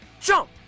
Jump